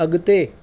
अॻिते